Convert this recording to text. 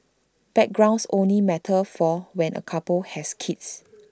backgrounds only matter for when A couple has kids